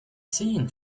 seen